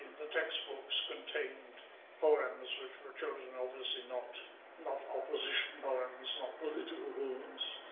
the textbooks contained poems which were chosen obviously not not opposition poems, not political poems.